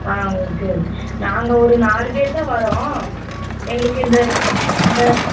ஆ okay okay நாங்கள் ஒரு நாலு பேர்தான் வரோம் எங்களுக்கு இந்த இந்த